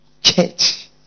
church